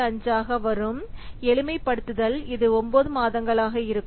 875 ஆக வரும் எளிமைப் படுத்துதல் இது 9 மாதங்களாக இருக்கும்